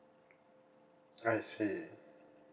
I see